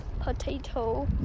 potato